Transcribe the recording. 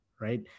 right